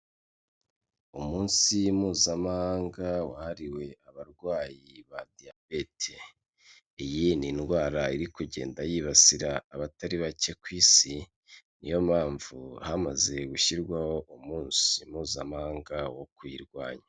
Umunsi mpuzamahanga wahariwe abarwayi ba Diyabete, iyi ni indwara iri kugenda yibasira abatari bake ku isi, niyo mpamvu hamaze gushyirwaho umunsi mpuzamahanga wo kuyirwanya.